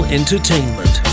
entertainment